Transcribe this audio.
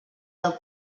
del